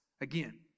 again